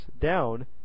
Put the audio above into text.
down